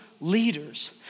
leaders